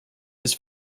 his